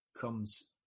comes